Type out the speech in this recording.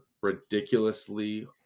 ridiculously